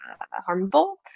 harmful